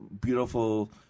beautiful